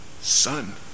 son